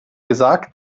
gesagt